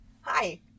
Hi